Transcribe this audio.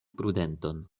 prudenton